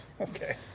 okay